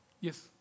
yes